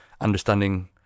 understanding